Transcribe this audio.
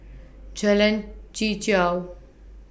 Jalan Chichau